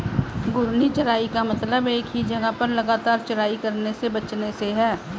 घूर्णी चराई का मतलब एक ही जगह लगातार चराई करने से बचने से है